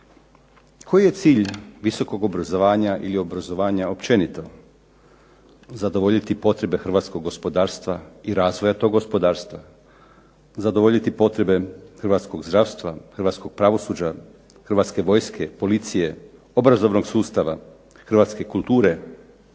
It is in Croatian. Koji je cilj visokog obrazovanja ili obrazovanja općenito? Zadovoljiti potrebe hrvatskog gospodarstva i razvoja toga gospodarstva, zadovoljiti potrebe hrvatskog zdravstva, hrvatskog pravosuđa, hrvatske vojske, policije, obrazovnog sustava, hrvatske kulture.